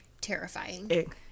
terrifying